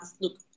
look